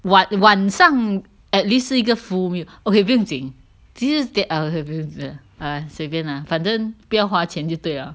晚晚上 at least 是一个 full meal okay 不用紧其实啊随便啦反正不要花钱就对了